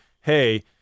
Hey